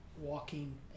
walking